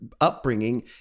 upbringing